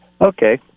Okay